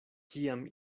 kiam